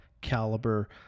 caliber